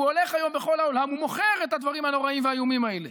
הוא הולך היום בכל העולם ומוכר את הדברים האיומים והנוראיים האלה.